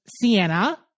Sienna